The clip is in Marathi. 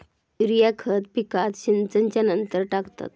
युरिया खत पिकात सिंचनच्या नंतर टाकतात